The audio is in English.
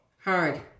Hard